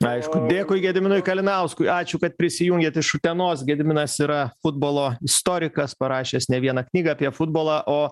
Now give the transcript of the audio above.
aišku dėkui gediminui kalinauskui ačiū kad prisijungėt iš utenos gediminas yra futbolo istorikas parašęs ne vieną knygą apie futbolą o